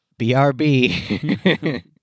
BRB